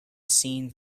seen